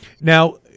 Now